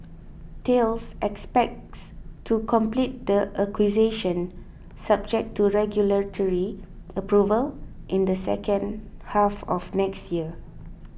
Thales expects to complete the acquisition subject to regulatory approval in the second half of next year